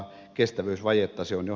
se on jo tätä päivää